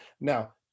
now